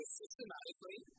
systematically